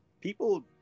People